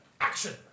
action